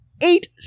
eight